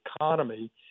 economy